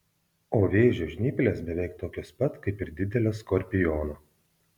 o vėžio žnyplės beveik tokios pat kaip ir didelio skorpiono